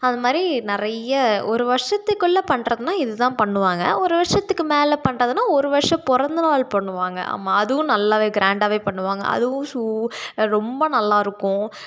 அதுமாதிரி நிறைய ஒரு வருஷத்துக்குள்ள பண்றதுன்னால் இதுதான் பண்ணுவாங்க ஒரு வருஷத்துக்கு மேல் பண்றதுன்னால் ஒரு வருடம் பிறந்த நாள் பண்ணுவாங்க ஆமாம் அதுவும் நல்லாவே க்ராண்டாகவே பண்ணுவாங்க அதுவும் ஷு ரொம்ப நல்லா இருக்கும்